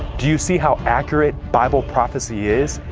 do you see how accurate bible prophecy is?